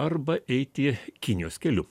arba eiti kinijos keliu